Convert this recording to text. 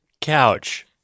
couch